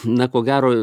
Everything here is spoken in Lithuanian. na ko gero